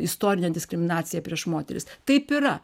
istorinė diskriminacija prieš moteris taip yra